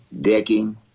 Decking